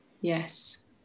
yes